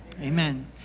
Amen